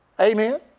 Amen